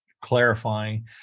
clarifying